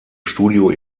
studio